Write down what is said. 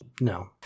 No